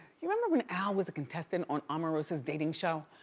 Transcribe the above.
you remember when al was a contestant on omerosa's dating show?